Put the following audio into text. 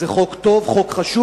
זה חוק טוב, זה חוק חשוב.